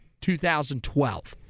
2012